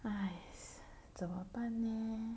!hais! 怎么办 leh